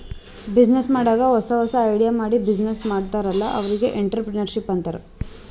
business ಮಾಡಾಗ್ ಹೊಸಾ ಹೊಸಾ ಐಡಿಯಾ ಮಾಡಿ ಬಿಸಿನ್ನೆಸ್ ಮಾಡ್ತಾರ್ ಅಲ್ಲಾ ಅವ್ರಿಗ್ ಎಂಟ್ರರ್ಪ್ರಿನರ್ಶಿಪ್ ಅಂತಾರ್